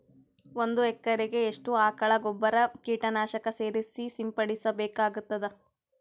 ಒಂದು ಎಕರೆಗೆ ಎಷ್ಟು ಆಕಳ ಗೊಬ್ಬರ ಕೀಟನಾಶಕ ಸೇರಿಸಿ ಸಿಂಪಡಸಬೇಕಾಗತದಾ?